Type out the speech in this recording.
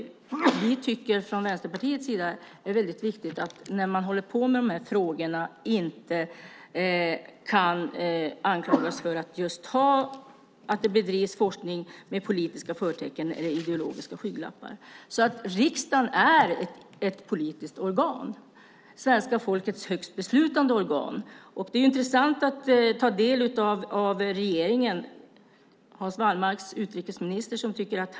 Vi från Vänsterpartiet tycker att det är viktigt att den som ägnar sig åt dessa frågor inte kan anklagas för att bedriva forskning med politiska förtecken eller ideologiska skygglappar. Riksdagen är ett politiskt organ, svenska folkets högsta beslutande organ. Det är intressant att ta del av det som utrikesministern har sagt.